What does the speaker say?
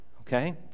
Okay